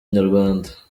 inyarwanda